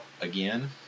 again